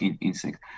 insects